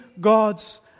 God's